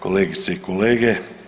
Kolegice i kolege.